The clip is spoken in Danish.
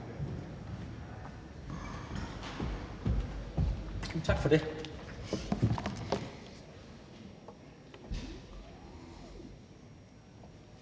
Tak for det.